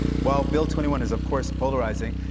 while bill twenty one is of course polarizing,